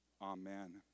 Amen